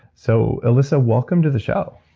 so elissa, welcome to the show.